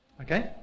Okay